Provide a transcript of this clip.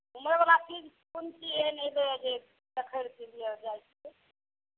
घुमयवला चीज कोन चीज एहन अइ जे देखय लेल जैतियै